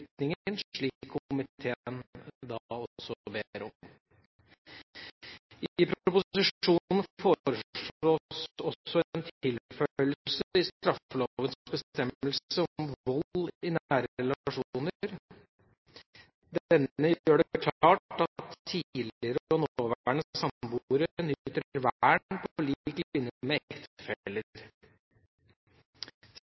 slik komiteen også ber om. I proposisjonen foreslås også en tilføyelse i straffelovens bestemmelse om vold i nære relasjoner. Denne gjør det klart at tidligere og nåværende samboere nyter vern på lik linje med